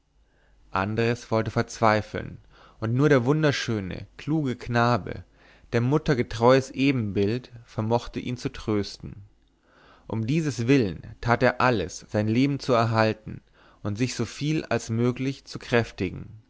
andres wollte verzweifeln und nur der wunderschöne kluge knabe der mutter getreues ebenbild vermochte ihn zu trösten um dieses willen tat er alles sein leben zu erhalten und sich soviel als möglich zu kräftigen